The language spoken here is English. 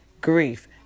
Grief